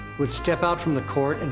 would step out from the court, and